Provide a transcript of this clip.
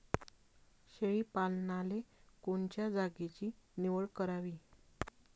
शेळी पालनाले कोनच्या जागेची निवड करावी?